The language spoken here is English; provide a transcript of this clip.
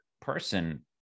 person